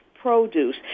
produce